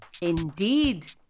Indeed